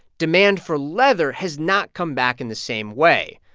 demand for leather has not come back in the same way.